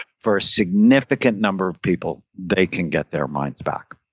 for a significant number of people, they can get their minds back